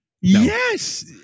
Yes